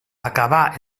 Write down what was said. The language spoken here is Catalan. acabà